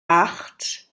acht